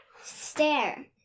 Stare